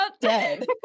dead